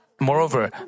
Moreover